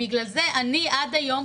בגלל זה אני עד היום,